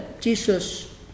Jesus